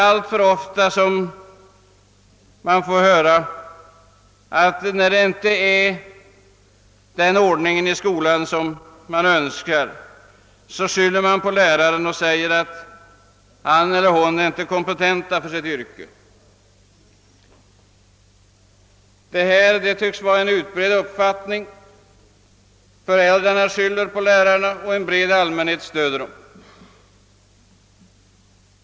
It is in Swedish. Alltför ofta skylls det på läraren när önskvärd ordning inte råder i skolan — man säger då gärna att han eller hon inte är kompetent för sin läraruppgift. Detta tycks vara en utbredd uppfattning. Föräldrarna skyller på läraren och en bred allmänhet stöder dem.